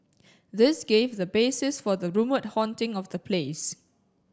this gave the basis for the rumoured haunting of the place